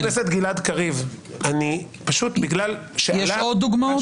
חבר הכנסת גלעד קריב -- יש עוד דוגמאות?